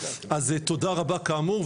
אז תודה רבה כאמור,